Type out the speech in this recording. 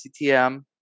CTM